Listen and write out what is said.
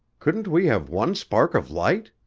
couldn't we have one spark of light?